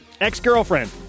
ex-girlfriend